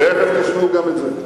תיכף תשמעו גם את זה.